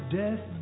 death